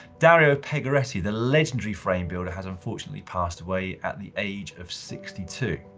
daria pegoretti, the legendary frame builder has unfortunately passed away at the age of sixty two.